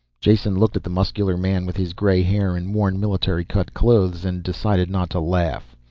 jason looked at the muscular man with his gray hair and worn, military-cut clothes, and decided not to laugh.